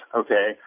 okay